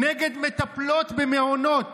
נגד מטפלות במעונות,